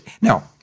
Now